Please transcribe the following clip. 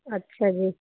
ਅੱਛਾ ਜੀ